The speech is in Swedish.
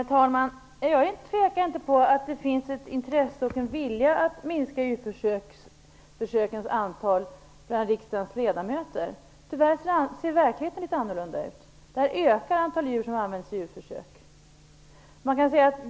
Herr talman! Jag tvivlar inte på att det bland riksdagens ledamöter finns ett intresse och en vilja att minska antalet djurförsök. Tyvärr ser det litet annorlunda ut i verkligheten. Där ökar antalet djurförsök.